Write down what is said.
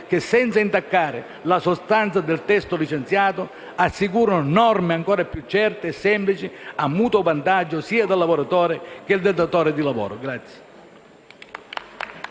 che, senza intaccare la sostanza del testo licenziato, assicurino norme ancor più certe e semplici, a mutuo vantaggio sia del lavoratore che del datore di lavoro.